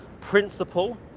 principle